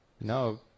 No